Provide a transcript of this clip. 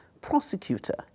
prosecutor